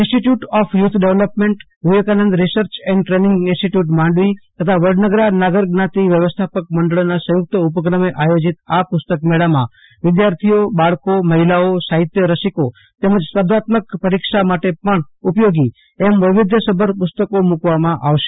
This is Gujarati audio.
ઈન્સ્ટિટ્યુટ ઓફ યુથ ડેવલોપમેન્ટવિવેકાનંદ research and training institute Mandvi તથા વડનગરા નાગર જ્ઞાતિ વ્યવસ્થાપક મંડળના સંયુક્ત ઉપક્રમે આયોજીત આ પુસ્તક મેળામાં વિધાર્થીઓબાળકોમહિલાઓસાહિત્ય રસિકો તેમજ સ્પર્ધાત્મક પરીક્ષા માટે પણ ઉપયોગી એમ વૈવિધ્ય સભર પુસ્તકો મુકવામાં આવશે